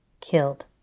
killed